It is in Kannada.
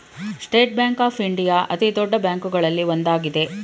ಸ್ಟೇಟ್ ಬ್ಯಾಂಕ್ ಆಫ್ ಇಂಡಿಯಾ ಅತಿದೊಡ್ಡ ಬ್ಯಾಂಕುಗಳಲ್ಲಿ ಒಂದಾಗಿದೆ